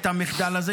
המחדל הזה.